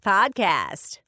Podcast